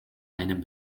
einem